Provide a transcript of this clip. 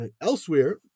elsewhere